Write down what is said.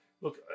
look